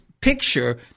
picture